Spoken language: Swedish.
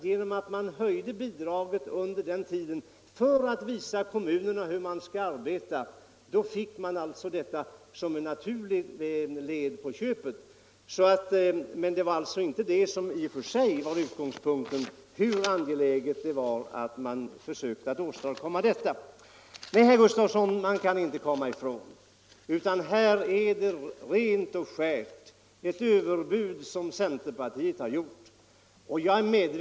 Genom att man ökade bidraget under denna tid för att visa kommunerna hur man skall arbeta fick man detta som ett naturligt led på köpet. Men det var alltså inte det som i och för sig var utgångspunkten, hur angeläget det än var att man försökte åstadkomma ett sådant resultat. S Nej, herr Gustavsson i Alvesta, Det går inte att komma ifrån att det är ett rent och skärt överbud som centerpartiet har kommit med.